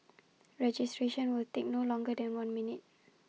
registration will take no longer than one minute